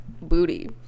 booty